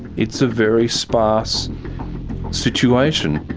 it's a very sparse situation.